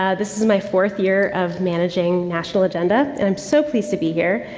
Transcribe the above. ah this is my fourth year of managing national agenda and i'm so pleased to be here.